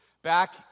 Back